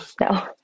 no